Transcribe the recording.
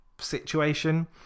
situation